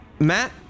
Matt